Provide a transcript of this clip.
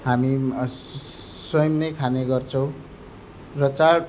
हामी स्वयं नै खाने गर्छौँ र चाड